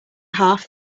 half